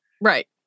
Right